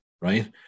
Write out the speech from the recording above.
right